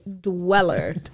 dweller